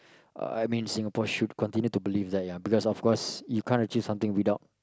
I mean Singapore should continue to believe that ya because of course you can't achieve something without